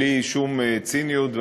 בלי שום ציניות.